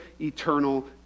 eternal